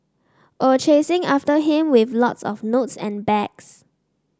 or chasing after him with lots of notes and bags